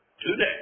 today